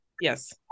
Yes